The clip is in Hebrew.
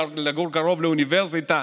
לגור קרוב לאוניברסיטה,